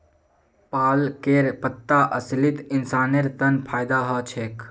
पालकेर पत्ता असलित इंसानेर तन फायदा ह छेक